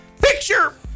Picture